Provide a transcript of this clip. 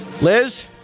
Liz